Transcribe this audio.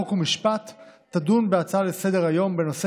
חוק ומשפט תדון בהצעה לסדר-היום של חבר הכנסת עמית